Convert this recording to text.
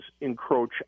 encroach